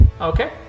okay